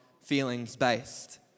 feelings-based